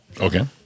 Okay